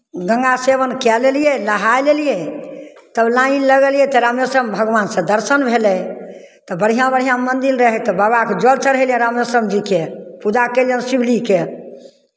गङ्गा सेवन कए लेलियै नहाय लेलियै तब लाइन लगेलियै तऽ रामेश्वरम भगवानसँ दर्शन भेलै तऽ बढ़िआँ बढ़िआँ मन्दिर रहय तऽ बाबाकेँ जल चढ़ेलियनि रामेश्वरम जीके पूजा केलियनि शिवजीके